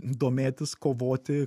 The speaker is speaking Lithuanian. domėtis kovoti